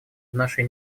нашей